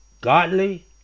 godly